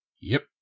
Yep